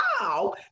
Wow